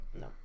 No